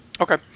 Okay